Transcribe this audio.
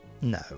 no